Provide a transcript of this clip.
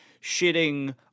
shitting